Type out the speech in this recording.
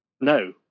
no